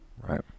Right